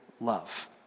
love